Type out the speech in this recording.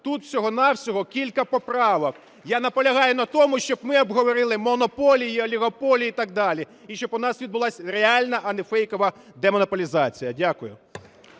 тут всьго-навсього кілька поправок. Я наполягаю на тому, щоб ми обговорили монополії, олігополії і так далі, і щоб у нас відбулася реальна, а не фейкова демонополізація. Дякую.